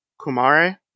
Kumare